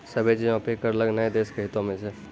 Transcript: सभ्भे चीजो पे कर लगैनाय देश के हितो मे छै